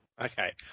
Okay